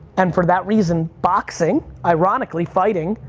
and for that reason, boxing, ironically, fighting,